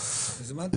אז למה הזמנת אותנו?